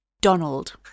Donald